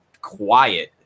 quiet